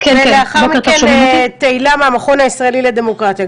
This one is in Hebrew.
לאחר מכן תהילה מהמכון הישראלי לדמוקרטיה.